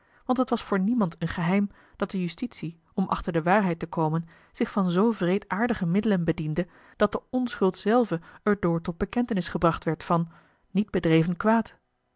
want het was voor niemand een geheim dat de justitie om achter de waarheid te komen zich van zoo wreedaardige middelen bediende dat de onschuld zelve er door tot bekentenis gebracht werd van niet bedreven kwaad